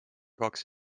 kaks